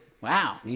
Wow